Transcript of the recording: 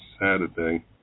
Saturday